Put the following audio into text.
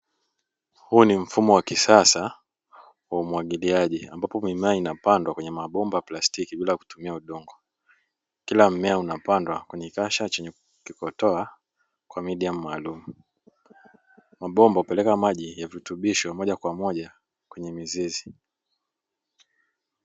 Huu ni mfumo wa kisasa wa umwagiliaji ambapo mimea inapandwa kwenye mabomba ya plastiki bila kutumia udongo. Kila mmea unapandwa kwenye kasha chenye kikitoa kwa midiamu maalum, mabomba hupeleka maji ya virutubisho moja kwa moja kwenye mizizi.